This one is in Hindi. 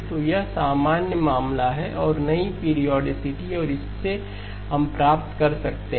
तो यह सामान्य मामला है कि नई पीरिऑडीसिटी और इससे हम प्राप्त कर सकते हैं